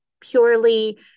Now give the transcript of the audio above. purely